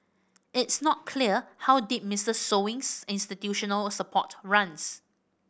it's not clear how deep Mister Sewing's institutional support runs